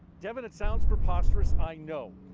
yeah but it sounds preposterous, i know.